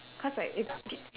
cause like if